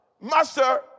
Master